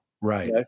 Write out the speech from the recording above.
Right